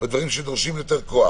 בדברים שדורשים יותר כוח.